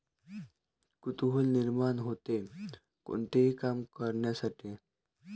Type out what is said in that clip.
कुतूहल निर्माण होते, कोणतेही काम करण्यासाठी